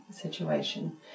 situation